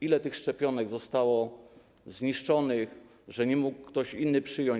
Ile tych szczepionek zostało zniszczonych, tak że nie mógł ktoś inny ich przyjąć?